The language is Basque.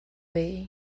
behin